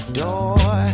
door